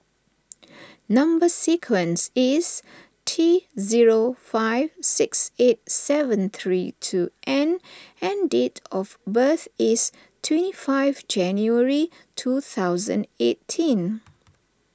Number Sequence is T zero five six eight seven three two N and date of birth is twenty five January two thousand eighteen